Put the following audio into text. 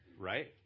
right